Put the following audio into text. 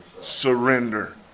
Surrender